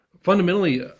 fundamentally